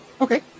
Okay